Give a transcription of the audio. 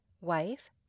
wife